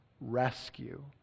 rescue